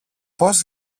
πώς